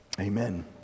amen